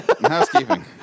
housekeeping